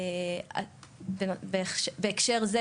בהקשר זה,